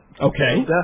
Okay